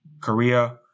Korea